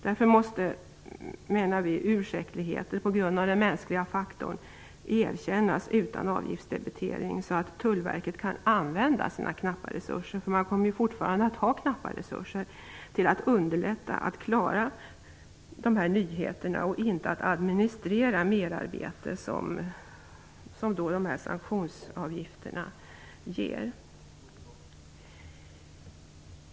Därför måste, menar vi, ursäkter på grund av den mänskliga faktorn erkännas utan avgiftsdebitering, så att Tullverket kan använda sina knappa resurser, för man kommer fortfarande att ha knappa resurser, till att underlätta för företagare att klara de här nyheterna och inte till att administrera det merarbete som de här sanktionsavgifterna ger.